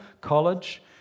College